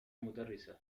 مدرسة